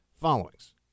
followings